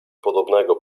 podobnego